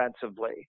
defensively